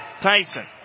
Tyson